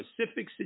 specific